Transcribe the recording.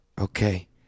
Okay